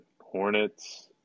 Hornets